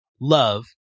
love